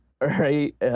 right